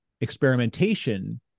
experimentation